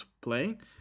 playing